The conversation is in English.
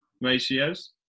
ratios